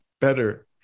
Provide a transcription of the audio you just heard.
better